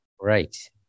right